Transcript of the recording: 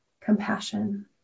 compassion